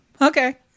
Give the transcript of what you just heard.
okay